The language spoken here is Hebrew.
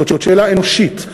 זאת שאלה אנושית.